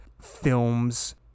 films